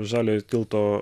žaliojo tilto